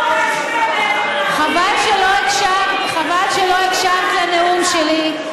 חבל שלא הקשבת לנאום שלי.